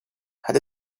had